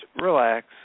relax